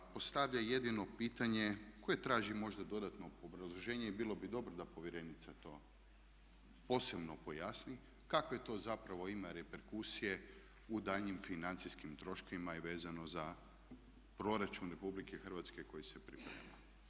postavlja jedino pitanje koje traži možda dodatno obrazloženje i bilo bi dobro da povjerenica to posebno pojasni kakve to zapravo ima reperkusije u daljnjim financijskim troškovima i vezano za Proračun Republike Hrvatske koji se priprema.